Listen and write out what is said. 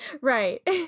right